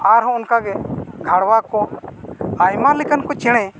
ᱟᱨᱦᱚᱸ ᱚᱱᱠᱟ ᱜᱮ ᱜᱷᱟᱲᱣᱟ ᱠᱚ ᱟᱭᱢᱟ ᱞᱮᱠᱟᱱ ᱠᱚ ᱪᱮᱬᱮ